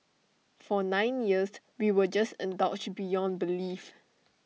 for nine years we were just indulged beyond belief